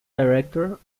director